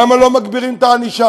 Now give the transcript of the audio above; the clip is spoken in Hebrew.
למה לא מגבירים את הענישה?